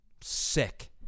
Sick